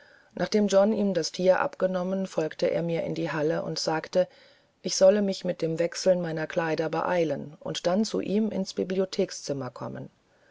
nachdem john ihm das tier abgenommen folgte er mir in die halle und sagte ich solle mich mit dem wechseln meiner kleidung beeilen und dann zu ihm ins bibliothekzimmer kommen